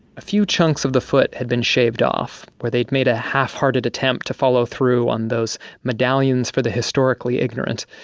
a few chunks of the foot had been shaved off, where they'd made a half-hearted attempt to follow through on those medallions for the historically ignorant.